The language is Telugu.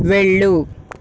వెళ్ళు